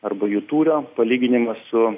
arba jų tūrio palyginimas su